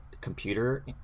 computer